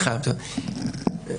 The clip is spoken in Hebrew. ביצוע